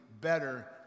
better